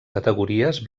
categories